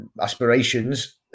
Aspirations